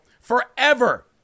forever